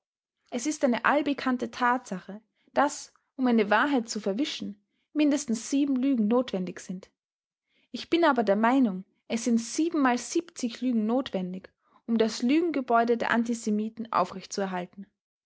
es ist eine allbekannte tatsache daß um eine wahrheit zu verwischen mindestens lügen notwendig sind ich bin aber der meinung es sind mal lügen notwendig um das lügengebäude der antisemiten